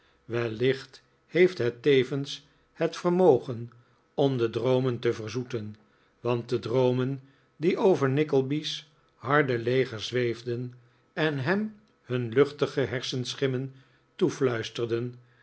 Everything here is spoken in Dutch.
wellicht heeft het tevens het vermogen om de droomen te verzoeten want de droomen die over nickleby's harde leger zweefden en hem hun luchtige hersenschimmen toefluisterden